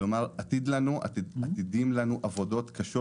זאת אומרת שעתידות לנו עבודות קשות